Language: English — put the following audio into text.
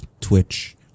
Twitch